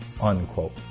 unquote